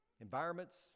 environments